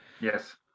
Yes